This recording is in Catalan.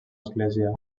església